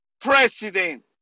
president